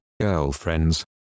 girlfriends